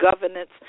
governance